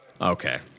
Okay